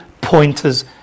pointers